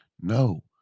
No